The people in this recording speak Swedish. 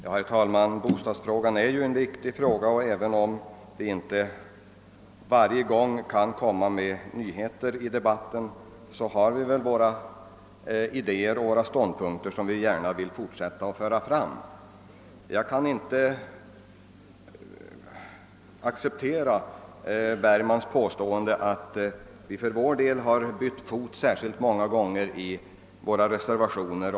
Herr talman! Bostadsfrågan är ju mycket viktig, och även om vi inte kan komma med nyheter i debatten varje gång har vi ändå våra idéer och ståndpunkter som vi gärna vill fortsätta med att föra fram. Jag kan inte acceptera herr Bergmans påstående att vi i vårt parti har bytt fot särskilt ofta i våra reservationer.